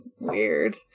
weird